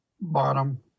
bottom